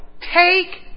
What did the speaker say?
Take